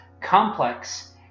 complex